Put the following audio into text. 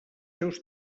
seus